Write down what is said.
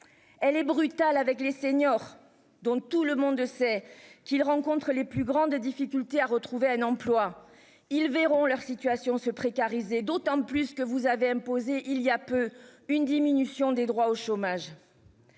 Elle est brutal avec les seniors dont tout le monde sait qu'ils rencontrent les plus grandes difficultés à retrouver un emploi. Ils verront leur situation se précariser d'autant plus que vous avez imposé il y a peu une diminution des droits au chômage.